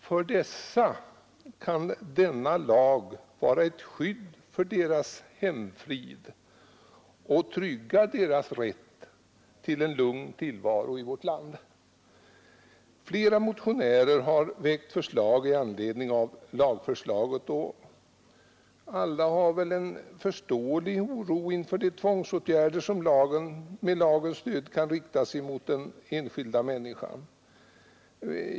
För dessa kan denna lag vara ett skydd för deras hemfrid och trygga deras rätt till en lugn tillvaro i vårt land. Flera motionärer har framställt förslag i anledning av lagförslaget, och alla känner väl en förståelig oro inför de tvångsåtgärder som med lagens stöd kan riktas mot den enskilda människan.